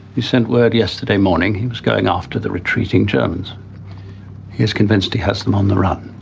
you sent word yesterday morning he was going after the retreating germans. he is convinced he has them on the run.